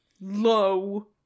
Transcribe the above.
low